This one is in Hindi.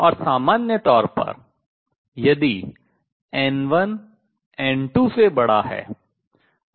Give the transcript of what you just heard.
और सामान्य तौर पर यदि N1 N2 से बड़ा है